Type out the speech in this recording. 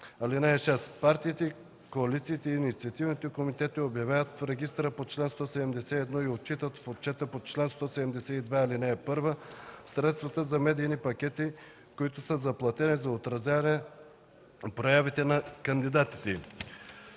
(6) Партиите, коалициите и инициативните комитети обявяват в регистъра по чл. 171 и отчитат в отчета по чл. 172, ал. 1 средствата за медийните пакети, които са заплатени за отразяване проявите на кандидатите